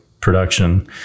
production